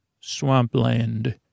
swampland